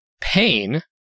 pain